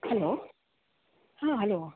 hello ಹಾಂ hello